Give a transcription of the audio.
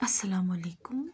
اَلسَلامُ علیکُم